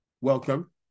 Welcome